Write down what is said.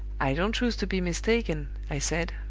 i don't choose to be mistaken i said,